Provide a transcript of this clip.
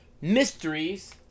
mysteries